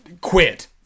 Quit